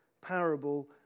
parable